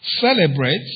celebrates